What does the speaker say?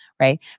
right